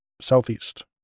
Southeast